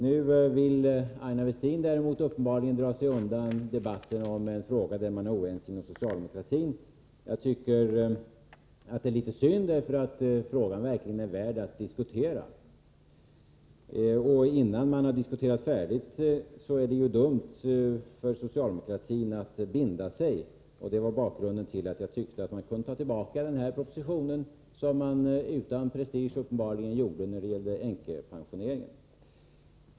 Nu vill emellertid Aina Westin uppenbarligen dra sig undan debatten om en fråga, där man är oense inom socialdemokratin. Jag tycker att det är litet synd, för frågan är verkligen värd att diskutera. Innan man har diskuterat färdigt, är det ju dumt av socialdemokratin att binda sig. Det är bakgrunden till att jag tyckte att man kunde ta tillbaka denna proposition på samma sätt som man utan prestige uppenbarligen gjorde när det gällde änkepensioneringen.